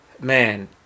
man